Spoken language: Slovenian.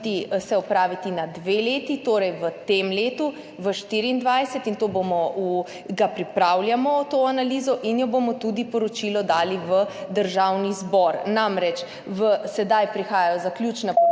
opraviti na dve leti, torej v tem letu, v 2024, pripravljamo to analizo in bomo tudi poročilo dali v Državni zbor, namreč sedaj prihajajo zaključna poročila